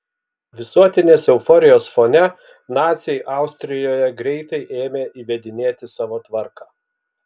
visuotinės euforijos fone naciai austrijoje greitai ėmė įvedinėti savo tvarką